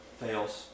fails